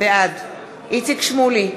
בעד איציק שמולי,